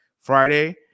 Friday